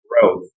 growth